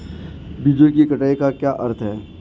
बीजों की कटाई का क्या अर्थ है?